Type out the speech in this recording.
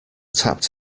tapped